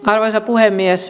arvoisa puhemies